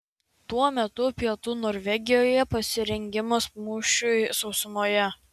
tuo metu pietų norvegijoje pasirengimas mūšiui sausumoje